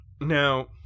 Now